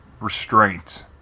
restraints